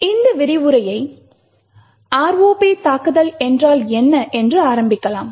இந்த விரிவுரையை ROP தாக்குதல் என்றால் என்ன என்று ஆரம்பிக்கலாம்